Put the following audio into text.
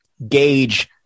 gauge